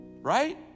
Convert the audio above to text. Right